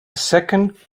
second